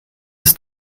des